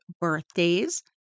birthdays